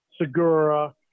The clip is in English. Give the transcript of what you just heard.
Segura